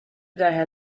daher